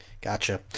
gotcha